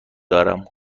دارم